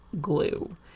glue